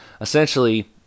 essentially